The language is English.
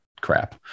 crap